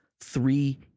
three